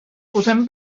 posem